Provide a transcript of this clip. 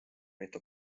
mitu